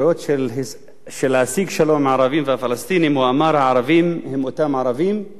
הערבים והפלסטינים: הערבים הם אותם ערבים והים הוא אותו ים.